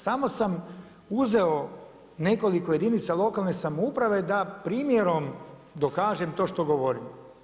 Samo sam uzeo nekoliko jedinica lokalne samouprave da primjerom dokažem to što govorim.